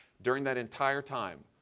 during that entire time,